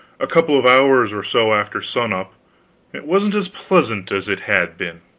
a couple of hours or so after sun-up it wasn't as pleasant as it had been.